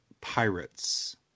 Pirates